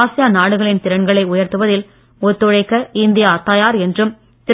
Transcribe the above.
ASEAN நாடுகளின் திறன்களை உயர்த்துவதில் ஒத்துழைக்க இந்தியா தயார் என்றும் திரு